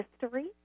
history